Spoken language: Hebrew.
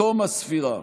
בתום הספירה,